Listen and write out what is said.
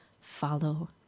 follow